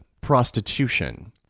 prostitution